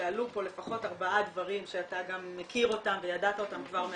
שעלו פה לפחות ארבעה דברים שאתה גם מכיר אותם וידעת אותם כבר,